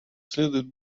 следует